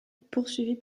poursuivis